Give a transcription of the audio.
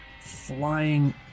flying